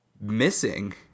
missing